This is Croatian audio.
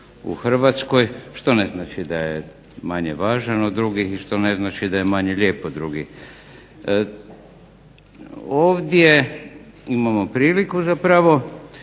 u Hrvatskoj što ne znači da je manje važan od drugih i što ne znači da je manje lijep od drugih. Ovdje imamo priliku zapravo